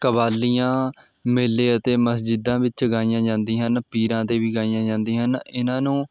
ਕਵਾਲੀਆਂ ਮੇਲੇ ਅਤੇ ਮਸਜਿਦਾਂ ਵਿੱਚ ਗਾਈਆਂ ਜਾਂਦੀਆਂ ਹਨ ਪੀਰਾਂ 'ਤੇ ਵੀ ਗਾਈਆਂ ਜਾਂਦੀਆਂ ਹਨ ਇਹਨਾਂ ਨੂੰ